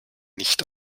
nicht